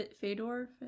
Fedor